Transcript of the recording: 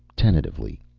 tentatively